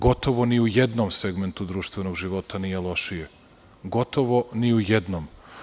Gotovo ni u jednom segmentu društvenog života nije lošije, gotovo ni u jednom.